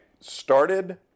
started